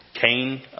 Cain